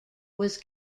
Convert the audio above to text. was